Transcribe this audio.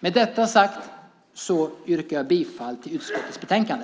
Med detta sagt yrkar jag bifall till förslaget i utskottets betänkande.